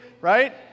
right